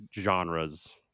genres